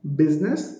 business